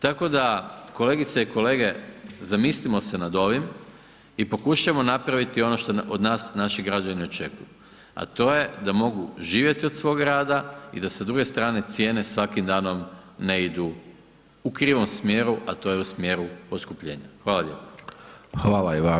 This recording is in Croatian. Tako da, kolegice i kolege, zamislimo se nad ovim i pokušajmo napraviti ono što od nas naši građani očekuju, a to je da mogu živjeti od svoga rada i da sa druge strane cijene svakim danom ne idu u krivom smjeru, a to je u smjeru poskupljenja.